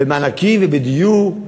במענקים, ובדיור,